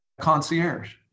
concierge